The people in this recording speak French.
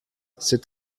cet